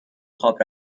خواب